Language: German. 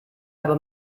habe